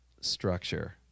structure